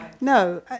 no